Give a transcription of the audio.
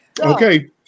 Okay